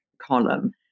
column